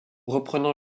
reprenant